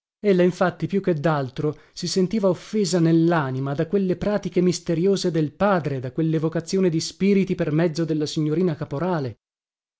temere ella infatti più che daltro si sentiva offesa nellanima da quelle pratiche misteriose del padre da quellevocazione di spiriti per mezzo della signorina caporale